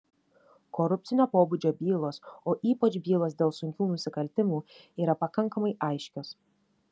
korupcinio pobūdžio bylos o ypač bylos dėl sunkių nusikaltimų yra pakankamai aiškios